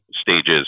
stages